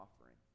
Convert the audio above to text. offering